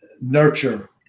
nurture